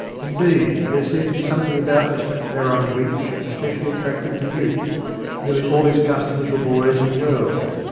indeed, there seemed to be something about mr aaron weech especially attractive to youth nearly all his customers were boys and girls,